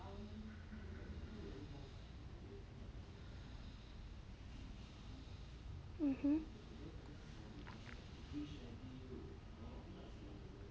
mmhmm